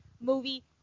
movie